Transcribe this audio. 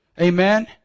Amen